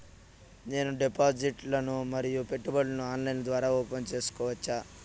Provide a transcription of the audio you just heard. నేను డిపాజిట్లు ను మరియు పెట్టుబడులను ఆన్లైన్ ద్వారా ఓపెన్ సేసుకోవచ్చా?